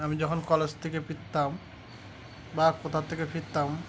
আমি যখন কলেজ থেকে ফিরতাম বা কোথা থেকে ফিরতাম